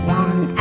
one